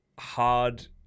Hard